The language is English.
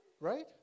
Right